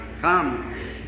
Come